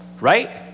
right